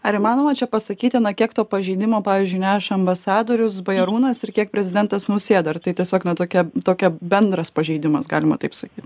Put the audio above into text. ar įmanoma čia pasakyti na kiek to pažinimo pavyzdžiui neša ambasadorius bajarūnas ir kiek prezidentas nausėda ar tai tiesiog ne tokia tokia bendras pažeidimas galima taip sakyt